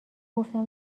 گفتم